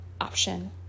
option